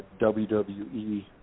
WWE